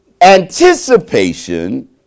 Anticipation